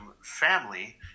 family